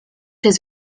jest